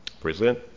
present